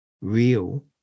real